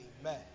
amen